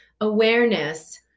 awareness